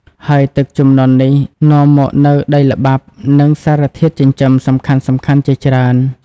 ហើយទឹកជំនន់នេះនាំមកនូវដីល្បាប់ និងសារធាតុចិញ្ចឹមសំខាន់ៗជាច្រើន។